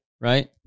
right